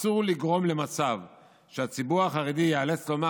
אסור לגרום למצב שהציבור החרדי ייאלץ לומר